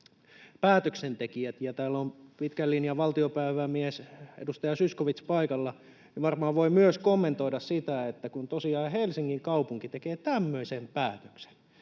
täällä on pitkän linjan valtiopäivämies edustaja Zyskowicz paikalla, joten varmaan hän voi myös kommentoida sitä — kun tosiaan Helsingin kaupunki tekee tämmöisen päätöksen,